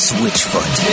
Switchfoot